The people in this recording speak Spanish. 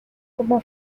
como